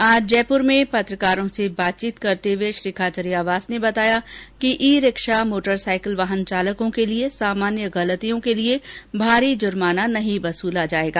आज जयपुर में पत्रकारों से बातचीत करते हुए श्री खाचरियावास ने बताया कि ई रिक्शा मोटरसाइकिल वाहनचालकों के लिये सामान्य गलतियों के लिये भारी जुर्माना नहीं वसूला जायेगा